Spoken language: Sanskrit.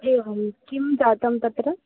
एवं किं जातं तत्र